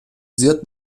زیاد